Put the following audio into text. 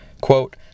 Quote